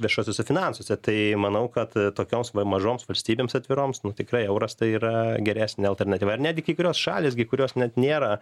viešuosiuose finansuose tai manau kad tokioms mažoms valstybėms atviroms nu tikrai euras tai yra geresnė alternatyva ar netgi kai kurios šalys kai kurios net nėra